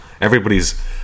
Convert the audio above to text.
Everybody's